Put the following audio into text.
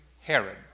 Herod